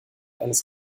eines